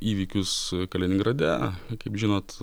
įvykius kaliningrade kaip žinot